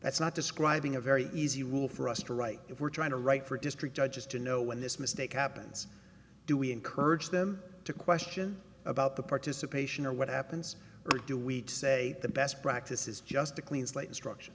that's not describing a very easy rule for us to write if we're trying to write for district judges to know when this mistake happens do we encourage them to question about the participation or what happens or do we say the best practice is just a clean slate instruction